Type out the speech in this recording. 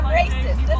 racist